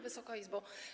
Wysoka Izbo!